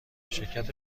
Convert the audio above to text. شرکت